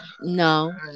No